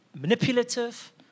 manipulative